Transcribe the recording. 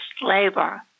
labor